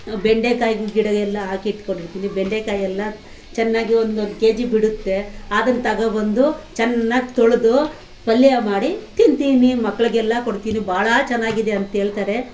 ಬೆಂಡೆಕಾಯಿದು ಗಿಡ ಎಲ್ಲ ಹಾಕಿ ಇಟ್ಕೊಂಡಿರ್ತೀನಿ ಬೆಂಡೆಕಾಯಿ ಎಲ್ಲ ಚೆನ್ನಾಗಿ ಒಂದು ಒಂದು ಕೆ ಜಿ ಬಿಡುತ್ತೆ ಅದನ್ನು ತಗ ಬಂದು ಚೆನ್ನಾಗಿ ತೊಳೆದು ಪಲ್ಯೆ ಮಾಡಿ ತಿಂತೀನಿ ಮಕ್ಳಿಗೆಲ್ಲಾ ಕೊಡ್ತೀನಿ ಬಹಳ ಚೆನ್ನಾಗಿದೆ ಅಂಥೇಳ್ತಾರೆ